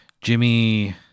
Jimmy